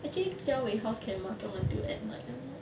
actually jia wei house can mahjong until at night [one] lor